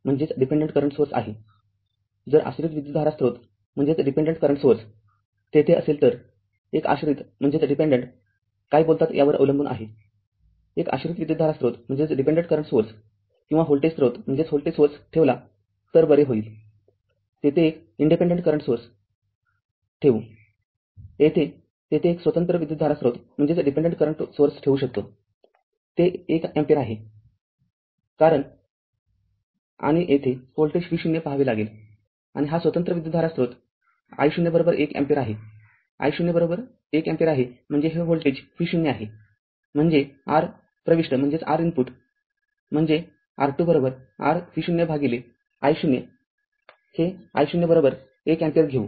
जर आश्रित विद्युतधारा स्त्रोत तेथे असेल तरएक आश्रित कोय बोलतात यावर अवलंबून आहे एक आश्रित विद्युतधारा स्रोत किंवा व्होल्टेज स्रोत ठेवला तर बरे होईल येथे एक विद्युतधारा स्रोत ठेऊ येथे एक स्वतंत्र विद्युतधारा स्रोत ठेऊ शकतो ते १ अँपिअर आहे कारण आणि येथे व्होल्टेज V0 पहावे लागेल आणि हा स्वतंत्र विद्युतधारा स्रोत i0१ अँपिअर आहेम्हणजे हे व्होल्टेज V0 आहेम्हणजे r R प्रविष्ट म्हणजे r R२ R२ r V0 भागिले i0 हे i0१ अँपिअर घेऊ